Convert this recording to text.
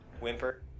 whimper